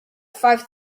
five